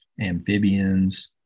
amphibians